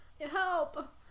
Help